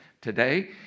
today